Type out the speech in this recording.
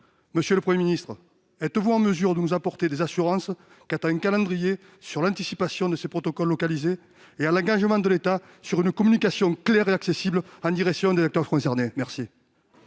Monsieur le Premier ministre, êtes-vous en mesure de nous apporter des assurances en termes de calendrier pour anticiper ces protocoles localisés et d'engagement de l'État sur une communication claire et accessible en direction des acteurs concernés ? La